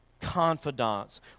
confidants